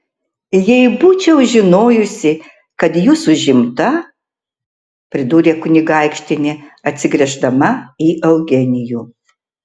jei būčiau žinojusi kad jūs užimta pridūrė kunigaikštienė atsigręždama į eugenijų